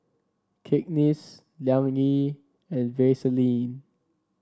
Cakenis Liang Yi and Vaseline